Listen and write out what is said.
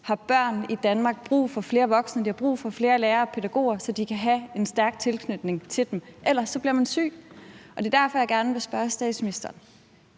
har børn i Danmark brug for flere voksne. De har brug for flere lærere og pædagoger, så de kan have en stærk tilknytning til dem. Ellers bliver man syg. Og det er derfor, jeg gerne vil spørge statsministeren